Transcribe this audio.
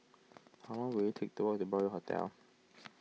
how long will it take to walk to Broadway Hotel